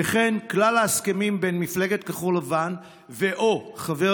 וכן כלל ההסכמים בין מפלגת כחול לבן ו/או חבר